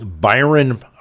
Byron